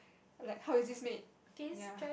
like how is this made ya